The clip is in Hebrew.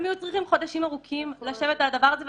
הם היו צריכים חודשים ארוכים לשבת על הדבר הזה,